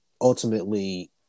ultimately